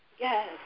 Yes